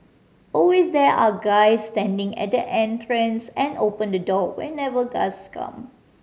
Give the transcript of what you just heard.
always there are guys standing at the entrance and open the door whenever guests come